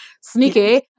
Sneaky